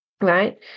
Right